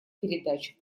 передачу